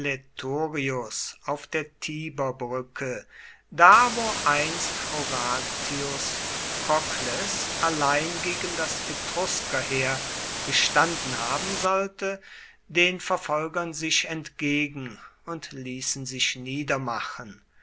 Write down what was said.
auf der tiberbrücke da wo einst horatius cocles allein gegen das etruskerheer gestanden haben sollte den verfolgern sich entgegen und ließen sich niedermachen